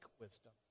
wisdom